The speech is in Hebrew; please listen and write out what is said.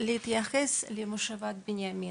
להתייחס למושבת בנימינה.